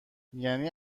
یعنی